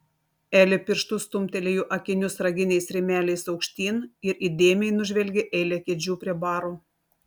elė pirštu stumtelėjo akinius raginiais rėmeliais aukštyn ir įdėmiai nužvelgė eilę kėdžių prie baro